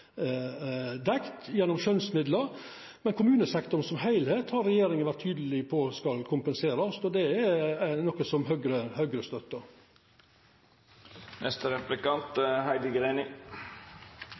Men regjeringa har vore tydeleg på at kommunesektoren som heilskap skal kompenserast, og det er noko Høgre